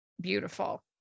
beautiful